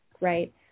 right